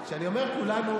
כשאני אומר "כולנו",